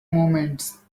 moments